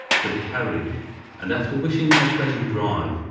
to the carriage and, after wishing me a pleasant drive,